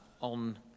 on